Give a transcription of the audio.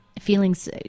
feelings